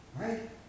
Right